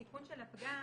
התיקון של הפגם,